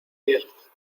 riesgos